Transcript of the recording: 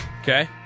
Okay